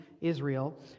Israel